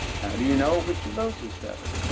how do you know which of those is better?